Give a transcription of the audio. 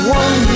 one